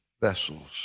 vessels